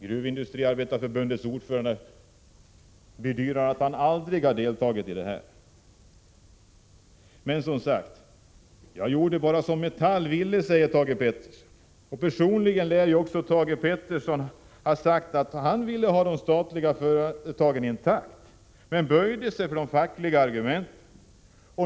Gruvindustriarbetareförbundets ordförande bedyrar att han aldrig deltagit i detta. Jag gjorde bara som Metall ville, säger Thage Peterson. Thage Peterson lär också ha sagt att han personligen ville ha de statliga företagen intakta, men han böjde sig för de fackliga argumenten.